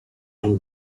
two